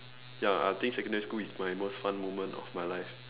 ya I think secondary school is my most fun moment of my life